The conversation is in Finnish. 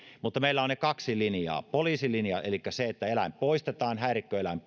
mutta meillä on ne kaksi linjaa poliisilinja elikkä se että eläin poistetaan häirikköeläin